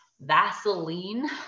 Vaseline